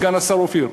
סגן השר אופיר,